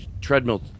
treadmill